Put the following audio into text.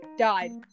died